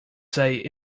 say